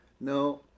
No